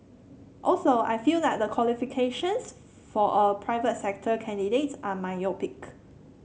also I feel that the qualifications for a private sector candidate are myopic